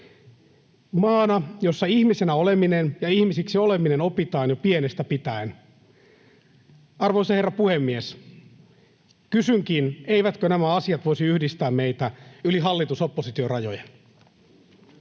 Maana, jossa ihmisenä oleminen ja ihmisiksi oleminen opitaan jo pienestä pitäen. Arvoisa puhemies! Kysynkin: eivätkö nämä asiat voisi yhdistää meitä yli hallitus—oppositio-rajojen?